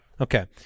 Okay